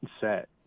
set